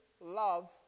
love